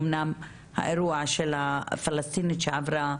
אמנם האירוע של הפלסטינית שעברה